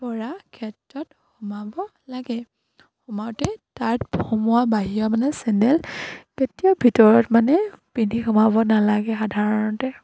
পৰা ক্ষেত্ৰত সোমাব লাগে সোমাওঁতে তাত সোমোৱা বাহিৰৰ মানে চেণ্ডেল কেতিয়াও ভিতৰত মানে পিন্ধি সোমাব নালাগে সাধাৰণতে